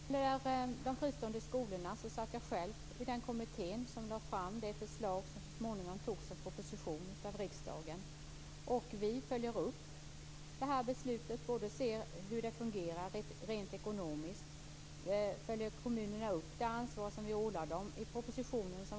Fru talman! När det gäller de fristående skolorna satt jag själv i den kommitté som lade fram det förslag som så småningom som proposition togs av riksdagen. Vi följer upp det beslutet och ser hur det fungerar rent ekonomiskt och om kommunerna följer upp det ansvar som vi har ålagt dem i den propositionen.